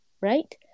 right